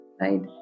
right